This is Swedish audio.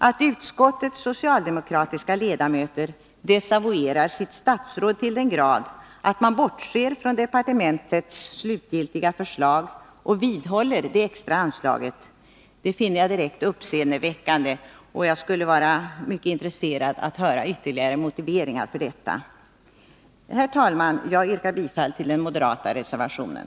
Att utskottets socialdemokratiska ledamöter desavouerar sitt statsråd till den grad att man bortser från departementets slutgiltiga förslag och vidhåller det extra anslaget finner jag direkt uppseendeväckande. Jag skulle vara mycket intresserad av att få höra ytterligare motiveringar till detta. Herr talman! Jag yrkar bifall till den moderata reservationen.